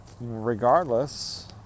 regardless